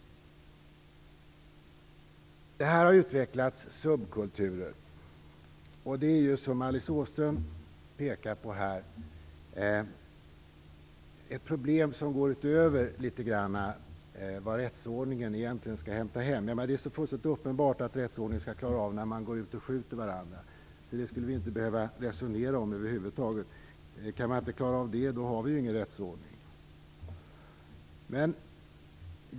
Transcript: Här har utvecklats subkulturer. Detta är, som Alice Åström pekade på, ett problem som litet grand går utöver vad rättsordningen egentligen skall hämta hem. Det är fullständigt uppenbart att rättsordningen skall klara av fall där människor skjuter varandra. Det skulle vi över huvud taget inte behöva resonera om. Kan man inte klara av det finns det ju ingen rättsordning.